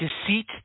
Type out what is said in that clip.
deceit